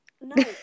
No